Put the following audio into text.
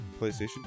PlayStation